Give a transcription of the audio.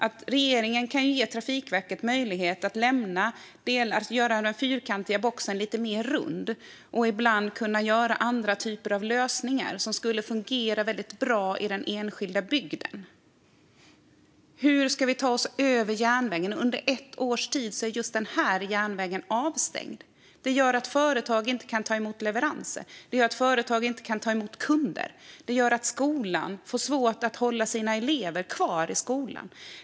Regeringen kan ge Trafikverket möjlighet att göra den fyrkantiga boxen lite mer rund och ibland hitta andra typer av lösningar som skulle fungera väldigt bra i den enskilda bygden. Hur ska vi ta oss över järnvägen? Under ett års tid är just den här järnvägen avstängd. Det gör att företag inte kan ta emot leveranser. Det gör att företag inte kan ta emot kunder. Det gör att skolan får svårt att hålla eleverna kvar i skolan.